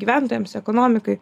gyventojams ekonomikai